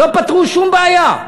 ולא פתרו שום בעיה.